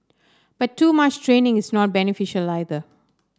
but too much training is not beneficial neither